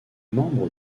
membre